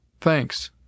Thanks